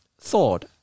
thought